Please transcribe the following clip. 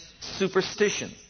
superstition